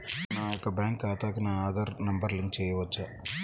నా యొక్క బ్యాంక్ ఖాతాకి నా ఆధార్ నంబర్ లింక్ చేయవచ్చా?